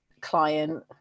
client